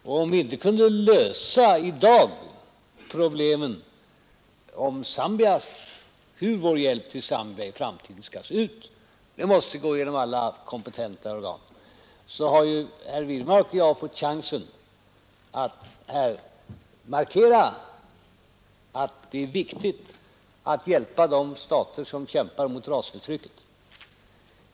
Om vi i dag inte kunde lösa problemen om hur vår hjälp till Zambia i framtiden skall se ut — det måste gå genom alla kompetenta organ — så har ju herr Wirmark och jag fått chansen att här markera att det är viktigt att hjälpa de stater som kämpar mot rasförtrycket.